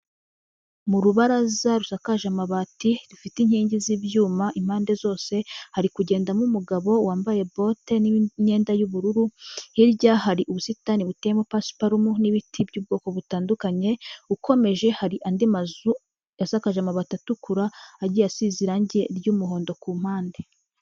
Mu rubaraza rusakaje amabati, rufite inkingi z'ibyuma impande zose, hari kugendamo umugabo wambaye bote, n'imyenda y'ubururu, hirya hari ubusitani buteyemo pasiparumu, n'ibiti by'ubwoko butandukanye, ukomeje hari andi mazu asakaje amabati atukura, agiye asize irangi ry'umuhondo ku mpande.